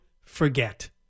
forget